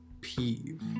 peeve